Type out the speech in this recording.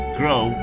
grow